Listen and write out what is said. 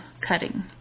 cutting